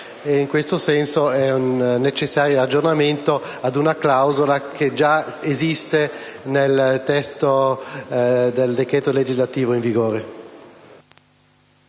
In questo senso enecessario un aggiornamento ad una clausola gia esistente nel testo del decreto legislativo in vigore.